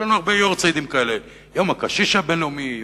יש לנו הרבה יארצייטים כאלה: יום הקשיש הבין-לאומי,